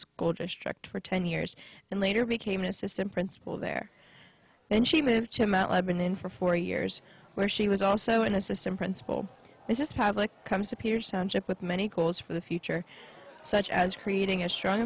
school district for ten years and later became an assistant principal there then she moved to mount lebanon for four years where she was also an assistant principal and just talk like comes to pierce township with many goals for the future such as creating a strong